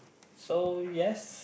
so yes